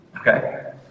Okay